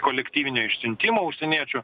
kolektyvinio išsiuntimo užsieniečių